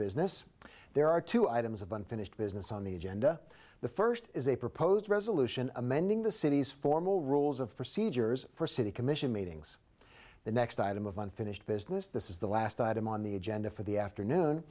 business there are two items of unfinished business on the agenda the first is a proposed resolution amending the city's formal rules of procedures for city commission meetings the next item of unfinished business this is the last item on the agenda for the afternoon